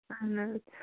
اَہَن نڑٕ